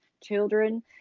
children